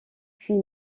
puis